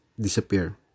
disappear